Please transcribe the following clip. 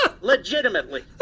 legitimately